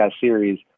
series